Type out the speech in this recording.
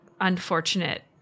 unfortunate